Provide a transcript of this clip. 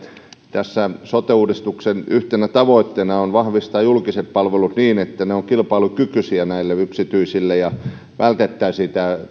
sote uudistuksen yhtenä tavoitteena on vahvistaa julkiset palvelut niin että ne ovat kilpailukykyisiä näille yksityisille ja vältettäisiin